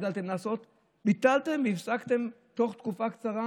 הגדלתם לעשות וביטלתם והפסקתם תוך תקופה קצרה